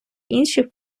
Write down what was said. інші